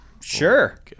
sure